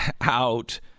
out